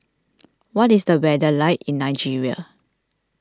what is the weather like in Nigeria